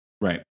Right